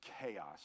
chaos